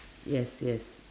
yes yes